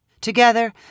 Together